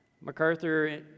MacArthur